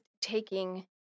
taking